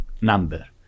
number